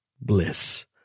bliss